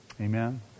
Amen